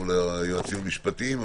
מול היועצים המשפטיים.